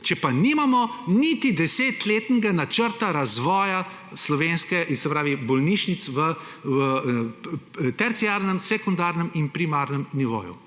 če pa nimamo niti 10-letnega načrta razvoja bolnišnic v terciarnem, sekundarnem in primarnem nivoju.